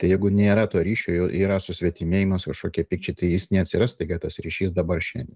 tai jeigu nėra to ryšio jau yra susvetimėjimas kažkokie pykčiai tai jis neatsiras staiga tas ryšys dabar šiandien